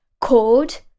called